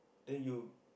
then you